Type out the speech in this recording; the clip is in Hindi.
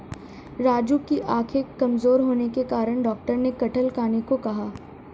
राजू की आंखें कमजोर होने के कारण डॉक्टर ने कटहल खाने को कहा